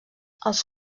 els